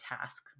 task